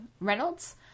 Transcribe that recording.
Reynolds